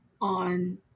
on